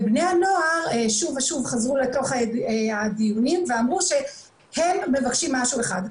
בני הנוער שוב ושוב חזרו לתוך הדיונים ואמרו שהם מבקשים משהו אחד,